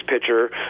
pitcher